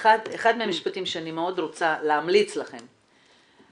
אחד הדברים שאני מאוד רוצה להמליץ לכם,